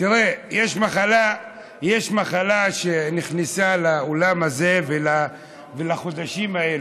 תראה, יש מחלה שנכנסה לאולם הזה בחודשים האלה.